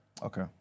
Okay